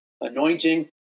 anointing